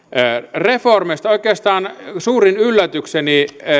reformeista oikeastaan suurin yllätykseni